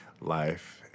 life